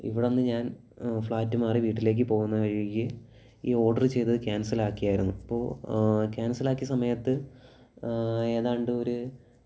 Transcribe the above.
ഇവിടുന്ന് ഞാൻ ഫ്ലാറ്റ് മാറി വീട്ടിലേക്കു പോകുന്ന വഴിക്ക് ഈ ഓഡർ ചെയ്തത് ക്യാൻസലാക്കിയായിരുന്നു അപ്പോൾ ക്യാൻസലാക്കിയ സമയത്ത് ഏതാണ്ടൊരു